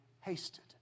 hasted